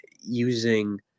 using